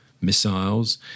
missiles